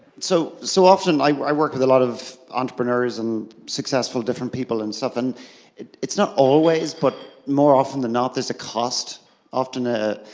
so so often i work with a lot of entrepreneurs and successful different people and stuff. and it's not always but more often than not there's a cost often. ah